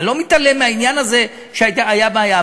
אני לא מתעלם מהעניין הזה שהייתה בעיה.